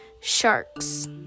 Sharks